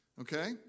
Okay